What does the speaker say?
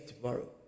tomorrow